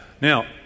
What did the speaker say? Now